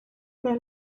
they